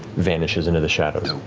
vanishes into the shadows.